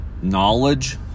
knowledge